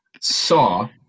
saw